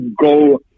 go